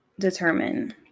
Determine